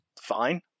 fine